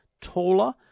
taller